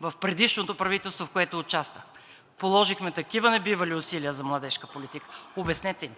в предишното правителство, в което участвахме, положихме такива небивали усилия за младежка политика. Обяснете им